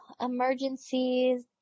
emergencies